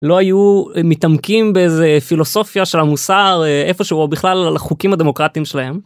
לא היו מתעמקים באיזה פילוסופיה של המוסר איפשהו או בכלל על החוקים הדמוקרטיים שלהם.